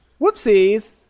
Whoopsies